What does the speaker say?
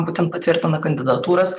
būtent patvirtina kandidatūras